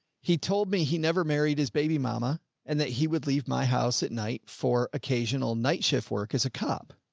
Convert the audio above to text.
he told me he never married his baby mama and that he would leave my house at night for occasional night shift work as a cop.